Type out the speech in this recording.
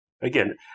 again